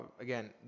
again